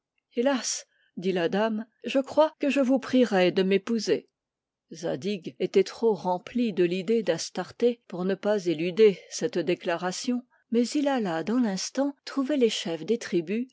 hélas dit la dame je crois que je vous prierais de m'épouser zadig était trop rempli de l'idée d'astarté pour ne pas éluder cette déclaration mais il alla dans l'instant trouver les chefs des tribus